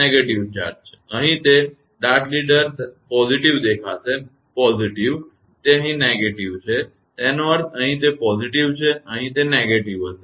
હવે અહીં તે ડાર્ટ લીડર positive દેખાશે positive તે અહીં negative છે તેનો અર્થ અહીં તે positiveછે અહીં તે negative હશે